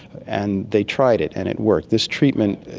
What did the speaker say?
and they tried it and it worked. this treatment,